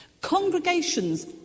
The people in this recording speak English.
Congregations